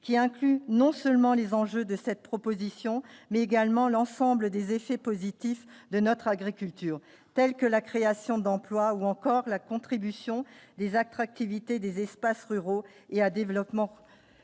qui inclut non seulement les enjeux de cette proposition, mais également l'ensemble des effets positifs de notre agriculture telle que la création d'emplois, ou encore la contribution les attractivité des espaces ruraux et à développement de la